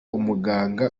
umuganga